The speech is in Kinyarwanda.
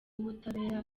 w’ubutabera